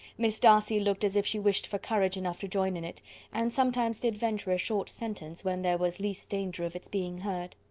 miss darcy looked as if she wished for courage enough to join in it and sometimes did venture a short sentence when there was least danger of its being heard.